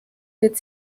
wird